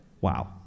wow